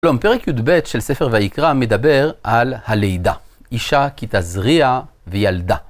שלום, פרק יוד בית של ספר ויקרא מדבר על הלידה, אישה כי תזריע וילדה.